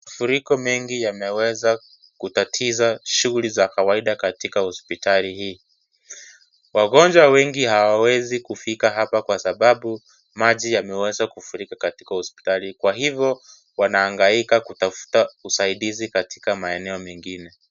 Mafuriko mengi yameweza kutatiza shughuli za kawaida katika hospitali hii. Wagonjwa wengi, hawawezi kufika hapa kwa sababu, maji yameweza kufurika katika hospitali hii. Kwa hivyo wanaangalia kutafuta usaidizi katika maeneo mengine.